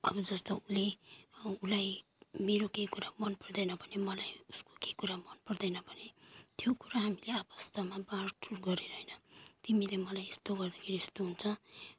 अब जस्तो उसले उसलाई मेरो केही कुरा मन पर्दैन भने मलाई उसको के कुरा मन पर्दैन भने त्यो कुरा हामीले आपस्तमा बाँडचुँड गरेर होइन तिमीले मलाई यस्तो गर्दाखेरि यस्तो हुन्छ